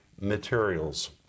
materials